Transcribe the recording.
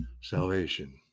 salvation